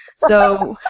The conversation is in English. so